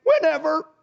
whenever